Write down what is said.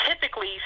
typically